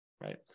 Right